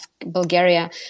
Bulgaria